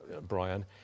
Brian